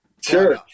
Sure